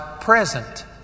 present